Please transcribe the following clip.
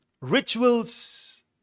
Rituals